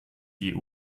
die